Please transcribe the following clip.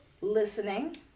listening